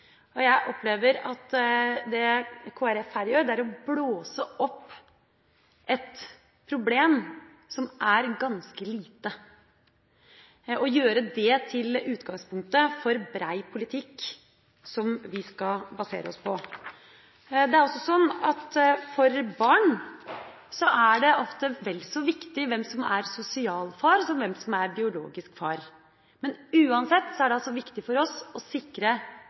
Jeg opplever at det Kristelig Folkeparti her gjør, er å blåse opp et problem som er ganske lite – å gjøre det til utgangspunktet for bred politikk som vi skal basere oss på. Det er også sånn at for barn er det ofte vel så viktig hvem som er sosial far, som hvem som er biologisk far. Uansett er det viktig for oss å sikre